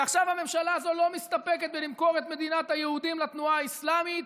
ועכשיו הממשלה הזאת לא מסתפקת בלמכור את מדינת היהודים לתנועה האסלאמית,